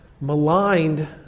maligned